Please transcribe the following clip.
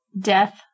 Death